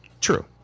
True